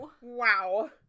Wow